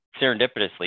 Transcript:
serendipitously